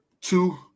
Two